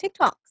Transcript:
TikToks